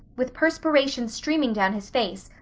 with perspiration streaming down his face,